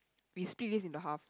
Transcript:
we split this into half